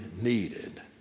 needed